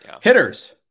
Hitters